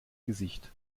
gesicht